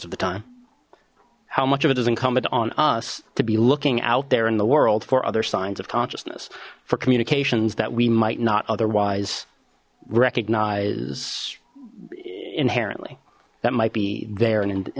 of the time how much of it is incumbent on us to be looking out there in the world for other signs of consciousness for communications that we might not otherwise recognize inherently that might be there and